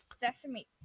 Sesame